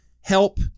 help